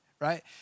right